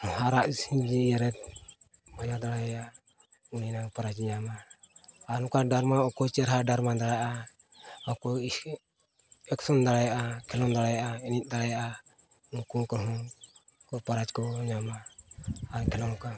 ᱟᱨᱟᱜ ᱥᱤᱧ ᱤᱭᱟᱹ ᱨᱮ ᱵᱟᱡᱟᱣ ᱫᱟᱲᱮ ᱟᱭᱟ ᱩᱱᱤ ᱱᱟᱝ ᱯᱨᱟᱭᱤᱡᱽ ᱮ ᱧᱟᱢᱟᱭ ᱟᱨ ᱱᱚᱝᱠᱟ ᱚᱠᱭᱚ ᱪᱮᱨᱦᱟ ᱰᱟᱨᱢᱟ ᱫᱟᱲᱮᱭᱟᱜ ᱟᱭ ᱚᱠᱚᱭ ᱮᱠᱥᱮᱱ ᱮᱠᱥᱮᱱ ᱫᱟᱲᱮᱭᱟᱜᱼᱟᱭ ᱠᱷᱮᱞᱳᱰ ᱫᱟᱲᱮᱭᱟᱜ ᱟᱭ ᱮᱱᱮᱡ ᱫᱟᱲᱮᱭᱟᱜ ᱟᱭ ᱩᱱᱠᱩ ᱠᱚ ᱦᱚᱸ ᱠᱚ ᱯᱨᱟᱭᱤᱡᱽ ᱠᱚ ᱧᱟᱢᱟ ᱟᱨ ᱠᱷᱮᱞᱳᱰ ᱠᱚ